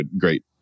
great